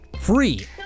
free